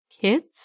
kids